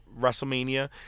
WrestleMania